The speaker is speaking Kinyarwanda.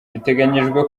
biteganyijwe